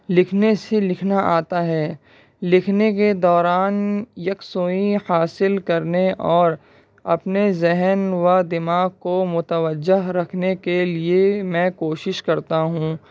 لکھنے سے لکھنا آتا ہے لکھنے کے دوران یکسوئی حاصل کرنے اور اپنے ذہن و دماغ کو متوجہ رکھنے کے لیے میں کوشش کرتا ہوں